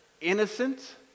innocent